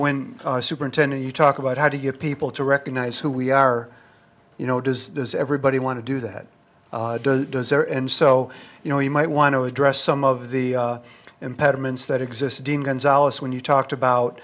when superintendent you talk about how to get people to recognize who we are you know does everybody want to do that desire and so you know you might want to address some of the impediments that exists dean gonzales when you talked about